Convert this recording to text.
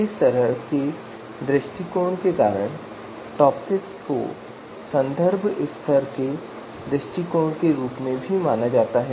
इस तरह के दृष्टिकोण के कारण टॉपसिस को संदर्भ स्तर के दृष्टिकोण के रूप में भी जाना जाता है